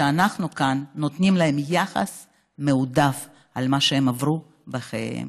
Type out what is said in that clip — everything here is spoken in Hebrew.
שאנחנו כאן נותנים להם יחס מועדף על מה שהם עברו בחייהם.